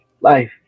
life